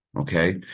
Okay